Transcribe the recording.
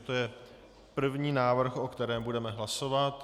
To je první návrh, o kterém budeme hlasovat.